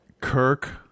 Kirk